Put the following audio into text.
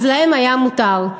להם היה מותר?